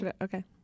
Okay